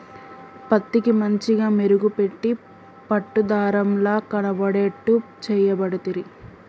పత్తికి మంచిగ మెరుగు పెట్టి పట్టు దారం ల కనబడేట్టు చేయబడితిరి